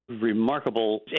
remarkable